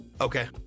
Okay